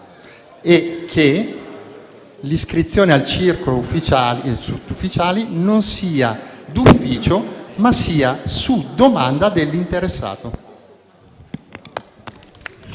e che l'iscrizione al circolo ufficiali e sottufficiali non sia d'ufficio, ma sia su domanda dell'interessato.